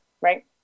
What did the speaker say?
Right